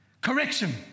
Correction